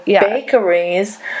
bakeries